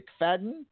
McFadden